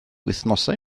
wythnosau